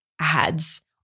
ads